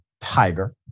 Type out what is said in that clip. Tiger